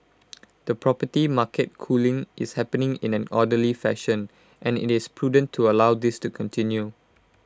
the property market cooling is happening in an orderly fashion and IT is prudent to allow this to continue